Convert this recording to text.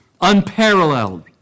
unparalleled